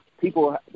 people